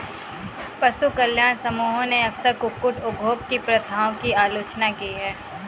पशु कल्याण समूहों ने अक्सर कुक्कुट उद्योग की प्रथाओं की आलोचना की है